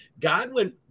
Godwin